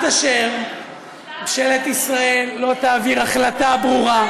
עד אשר ממשלת ישראל לא תעביר החלטה ברורה,